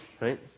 Right